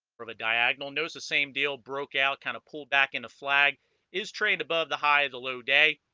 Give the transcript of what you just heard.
from a diagonal notice the same deal broke out kind of pulled back into flag is trained above the high of the low day